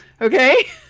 okay